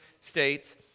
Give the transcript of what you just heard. states